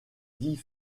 dix